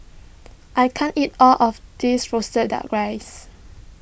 I can't eat all of this Roasted Duck Rice